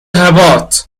حباط